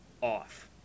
off